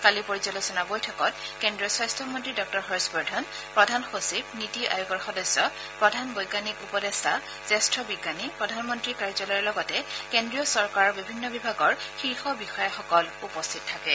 কালিৰ পৰ্যালোচনা বৈঠকত কেন্দ্ৰীয় স্বাস্থ্য মন্ত্ৰী ডাঃ হৰ্যবৰ্ধন প্ৰধান সচিব নীতি আয়োগৰ সদস্য প্ৰধান বৈজ্ঞানিক উপদেষ্টা জ্যেষ্ঠ বিজ্ঞানী প্ৰধানমন্ত্ৰী কাৰ্যালয়ৰ লগতে কেন্দ্ৰীয় চৰকাৰৰ বিভিন্ন বিভাগৰ শীৰ্ষ বিষয়াসকল উপস্থিত থাকে